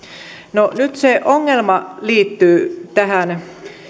no nyt se ongelma liittyy tähän